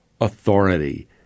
authority